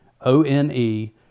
O-N-E